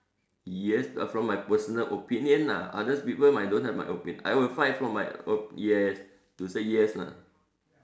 yes uh from my personal opinion lah other people might don't have my opinion I will fight for my o~ yes to say yes lah